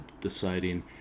deciding